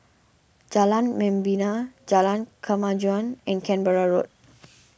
Jalan Membina Jalan Kemajuan and Canberra Road